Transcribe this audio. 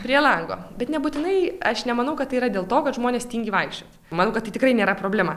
prie lango bet nebūtinai aš nemanau kad tai yra dėl to kad žmonės tingi vaikščio manau kad tai tikrai nėra problema